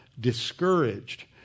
discouraged